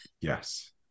Yes